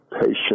patient